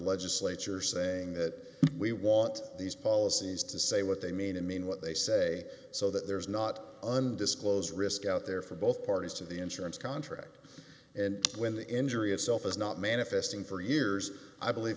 legislature saying that we want these policies to say what they mean and mean what they say so that there is not undisclosed risk out there for both parties to the insurance contract and when the injury itself is not manifesting for years i believe